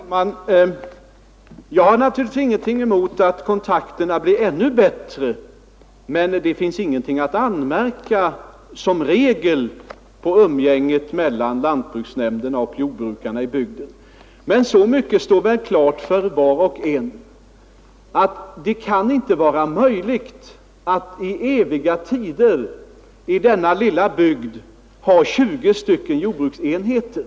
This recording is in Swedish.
Herr talman! Jag har naturligtvis ingenting emot att kontakterna blir ännu bättre, men det finns som regel ingenting att anmärka på umgänget mellan lantbruksnämnderna och jordbrukarna i bygden. Men så mycket står väl klart för var och en att det inte är möjligt att i denna lilla bygd i eviga tider ha 20 jordbruksenheter.